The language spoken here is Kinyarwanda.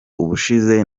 ubushize